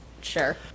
Sure